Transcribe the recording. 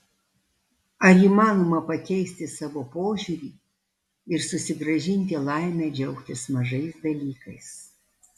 ar įmanoma pakeisti savo požiūrį ir susigrąžinti laimę džiaugtis mažais dalykais